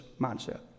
mindset